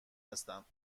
هستم